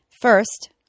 First